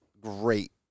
great